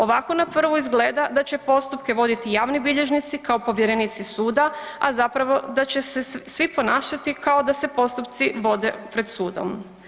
Ovako na prvu izgleda da će postupke voditi javni bilježnici kao povjerenici suda, a zapravo da će se svi ponašati kao da se postupci vode pred sudom.